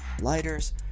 lighters